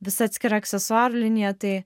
visa atskira aksesuarų linija tai